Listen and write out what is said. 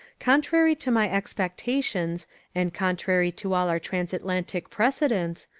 contrary to my expectations and contrary to all our transatlantic precedents,